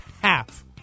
half